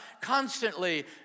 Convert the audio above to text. constantly